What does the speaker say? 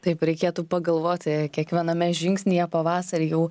taip reikėtų pagalvoti kiekviename žingsnyje pavasarį jau